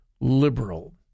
liberal